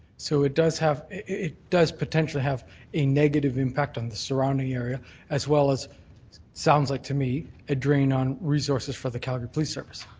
so it does have it does potentially have a negative impact on the surrounding area as well as sounds like to me a drain on resources for the calgary police service.